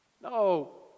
No